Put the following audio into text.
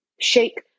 shake